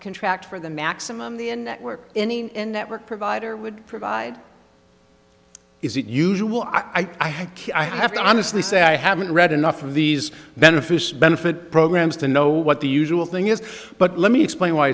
contract for the maximum the in network any in network provider would provide is it usual i think i have to honestly say i haven't read enough of these benefits benefit programs to know what the usual thing is but let me explain why